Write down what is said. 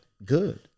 good